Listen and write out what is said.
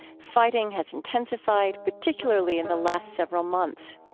fighting has intensified, particularly in the last several months.